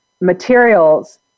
materials